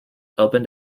opened